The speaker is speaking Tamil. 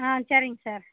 ஆ சரிங்க சார்